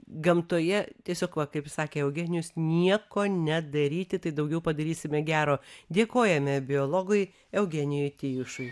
gamtoje tiesiog va kaip sakė eugenijus nieko nedaryti tai daugiau padarysime gero dėkojame biologui eugenijui tijušui